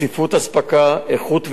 רציפות אספקה, איכות ויעילות,